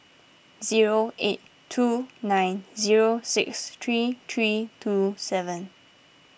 zero eight two nine zero six three three two seven